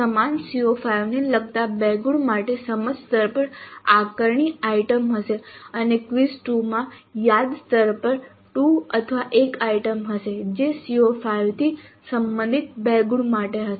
સમાન CO5 ને લગતા 2 ગુણ માટે સમજ સ્તર પર આકારણી આઇટમ હશે અને ક્વિઝ 2 માં યાદ સ્તર પર 2 અથવા 1 આઇટમ હશે જે CO5 થી સંબંધિત 2 ગુણ માટે હશે